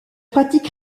pratique